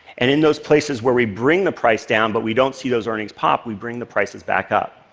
and in those places where we bring the price down but we don't see those earnings pop, we bring the prices back up.